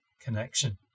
connection